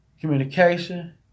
communication